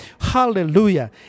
Hallelujah